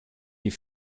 die